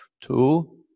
Two